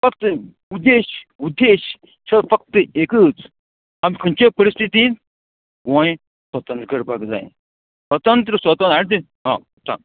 फक्त उद्देश उद्देश स फक्त एकूच आमी खंयचे परिस्थितीन गोंय स्वतंत्र करपाक जाये स्वतंत्र स्वतंत्र आनी ते सांग